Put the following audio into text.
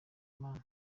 imana